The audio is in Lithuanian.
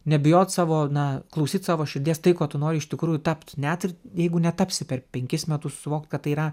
nebijot savo na klausyt savo širdies tai kuo tu nori iš tikrųjų tapt net ir jeigu netapsi per penkis metus suvokt kad tai yra